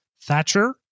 Thatcher